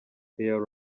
air